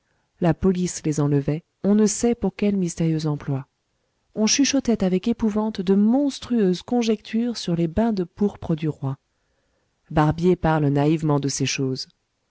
la police les enlevait on ne sait pour quel mystérieux emploi on chuchotait avec épouvante de monstrueuses conjectures sur les bains de pourpre du roi barbier parle naïvement de ces choses